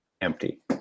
empty